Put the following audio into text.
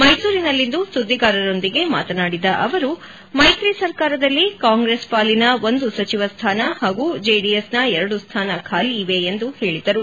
ಮೈಸೂರಿನಲ್ಲಿಂದು ಸುದ್ಗಿಗಾರರೊಂದಿಗೆ ಮಾತನಾಡಿದ ಅವರು ಮೈತ್ರಿ ಸರ್ಕಾರದಲ್ಲಿ ಕಾಂಗ್ರೆಸ್ ಪಾಲಿನ ಒಂದು ಸಚಿವ ಸ್ಥಾನ ಹಾಗೂ ಜೆಡಿಎಸ್ನ ಎರಡು ಸ್ಥಾನ ಖಾಲಿ ಇವೆ ಎಂದು ಹೇಳಿದರು